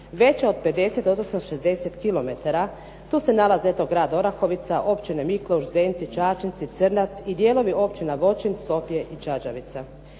veća od 50 odnosno 60km. Tu se nalaze eto grad Orahovica, općine Mikleuš, Zdenci, Čačinci, Crnac i dijelovi općina Vočin, Sofije i Čađavica.